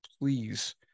please